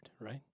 right